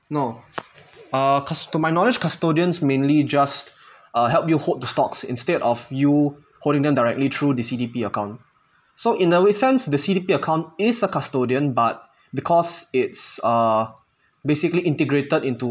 no uh cust~ to my knowledge custodians mainly just uh help you hold the stocks instead of you holding them directly through the C_D_P account so in that sense the C_D_P account is a custodian but because it's err basically integrated into